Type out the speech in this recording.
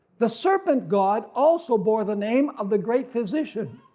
the serpent god also bore the name of the great physician,